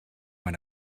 maar